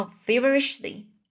Feverishly